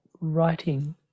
writing